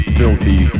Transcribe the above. filthy